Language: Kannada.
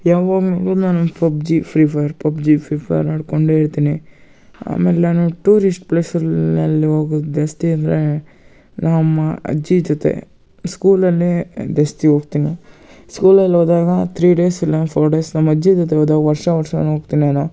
ಯಾವಾಗ ನೋಡ್ದ್ರು ನಾನೊಂದು PUBG free fire PUBG free fire ಆಡಿಕೊಂಡೇ ಇರ್ತೀನಿ ಆಮೇಲೆ ನಾನು ಟೂರಿಶ್ಟ್ ಪ್ಲೇಸಲ್ಲಿ ಹೋಗುದು ಜಾಸ್ತಿ ಅಂದರೆ ನಮ್ಮ ಅಮ್ಮ ಅಜ್ಜಿ ಜೊತೆ ಸ್ಕೂಲಲ್ಲಿ ಜಾಸ್ತಿ ಹೋಗ್ತೀನಿ ಸ್ಕೂಲಲ್ಲಿ ಹೋದಾಗ ತ್ರೀ ಡೇಸ್ ಇಲ್ಲ ಫೋರ್ ಡೇಸ್ ನಮ್ಮ ಅಜ್ಜಿ ಜೊತೆ ಹೋದಾಗ ವರ್ಷ ವರ್ಷವೂ ಹೋಗ್ತಿನ್ ನಾನು